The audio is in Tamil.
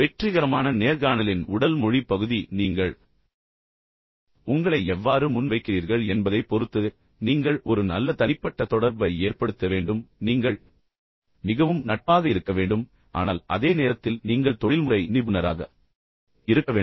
வெற்றிகரமான நேர்காணலின் உடல் மொழி பகுதி நீங்கள் உங்களை எவ்வாறு முன்வைக்கிறீர்கள் என்பதைப் பொறுத்தது நீங்கள் ஒரு நல்ல தனிப்பட்ட தொடர்பை ஏற்படுத்த வேண்டும் நீங்கள் மிகவும் நட்பாக இருக்க வேண்டும் ஆனால் அதே நேரத்தில் நீங்கள் தொழில்முறை நிபுணராக இருக்க வேண்டும்